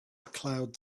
cloud